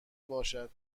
باشد